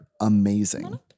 amazing